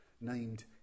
named